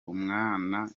umwana